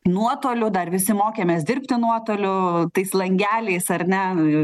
nuotoliu dar visi mokėmės dirbti nuotoliu tais langeliais ar ne nu